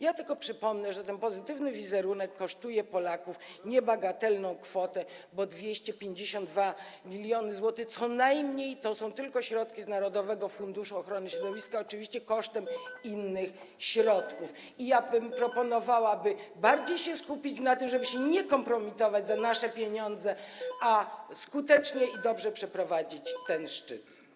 Ja tylko przypomnę, że ten pozytywny wizerunek kosztuje Polaków niebagatelną kwotę, bo co najmniej 252 mln zł to są tylko środki z narodowego funduszu ochrony środowiska, oczywiście kosztem innych środków, i ja bym proponowała, by bardziej się skupić na tym, żeby się nie kompromitować za nasze pieniądze, a skutecznie i dobrze przeprowadzić ten szczyt.